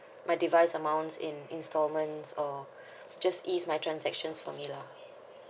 my device amounts in instalments or just ease my transactions for me lah